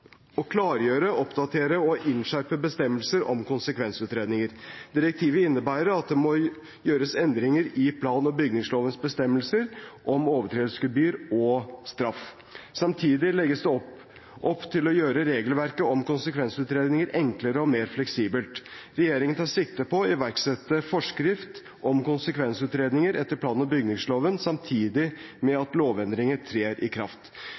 å klargjøre, oppdatere og innskjerpe bestemmelser om konsekvensutredninger. Direktivet innebærer at det må gjøres endringer i plan- og bygningslovens bestemmelser om overtredelsesgebyr og straff. Samtidig legges det opp til å gjøre regelverket om konsekvensutredninger enklere og mer fleksibelt. Regjeringen tar sikte på å iverksette forskrift om konsekvensutredninger etter plan- og bygningsloven samtidig med at lovendringene trer i kraft.